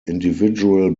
individual